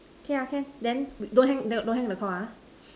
K ah can then don't hang don't hang the Call ah